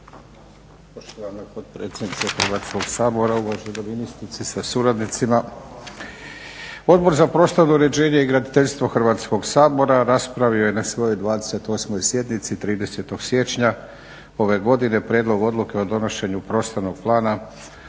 Hvala potpredsjednice Hrvatskog sabora, uvažena ministrice sa suradnicima. Odbor za prostorno uređenje i graditeljstvo Hrvatskog sabora raspravio je na svojoj 28. sjednici 30. siječnja ove godine prijedlog Odluke o donošenju Prostornog plana